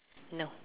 no